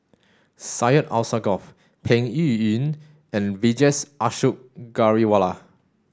Syed Alsagoff Peng Yuyun and Vijesh Ashok Ghariwala